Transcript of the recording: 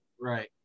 Right